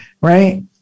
Right